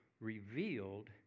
revealed